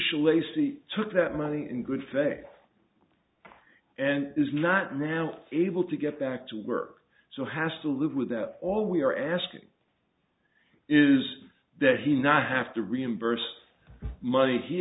c took that money in good faith and is not now able to get back to work so has to live with that all we are asking is that he not have to reimburse money he